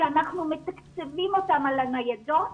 שאנחנו מתקצבים אותן על ניידות,